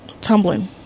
tumbling